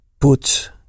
put